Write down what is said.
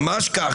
ממש כך,